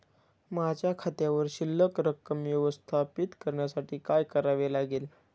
माझ्या खात्यावर शिल्लक रक्कम व्यवस्थापित करण्यासाठी काय करावे लागेल?